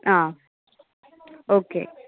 okay